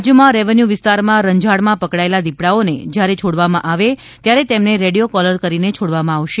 રાજ્યમાં રેવન્યુ વિસ્તારમાં રંજાડમાં પકડાયેલા દિપડાઓને જયારે છોડવામાં આવે ત્યારે તેમને રેડિયો કોલર કરીને છોડવામાં આવશે